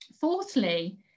Fourthly